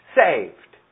saved